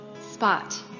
spot